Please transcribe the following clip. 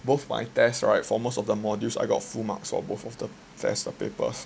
both my test right for most of the modules I got full marks for both of the rest of the papers